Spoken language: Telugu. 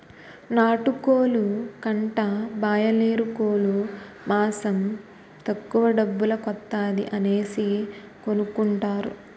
నాటుకోలు కంటా బాయలేరుకోలు మాసం తక్కువ డబ్బుల కొత్తాది అనేసి కొనుకుంటారు